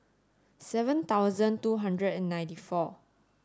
seven thousand two hundred and ninety four